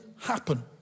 happen